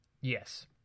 Yes